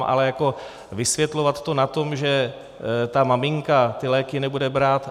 Ale vysvětlovat to na tom, že ta maminka ty léky nebude brát...